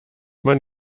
man